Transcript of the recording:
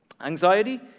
Anxiety